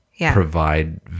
provide